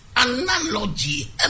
analogy